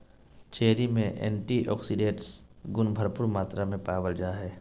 cherry में antioxidants गुण भरपूर मात्रा में पावल जा हइ